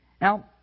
Now